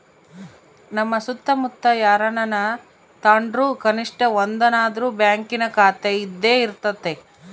ನಮ್ಮ ಸುತ್ತಮುತ್ತ ಯಾರನನ ತಾಂಡ್ರು ಕನಿಷ್ಟ ಒಂದನಾದ್ರು ಬ್ಯಾಂಕಿನ ಖಾತೆಯಿದ್ದೇ ಇರರ್ತತೆ